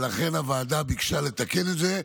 ולכן הוועדה ביקשה לתקן את זה.